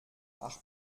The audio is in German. ach